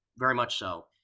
very much so.